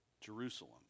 Jerusalem